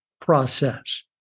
process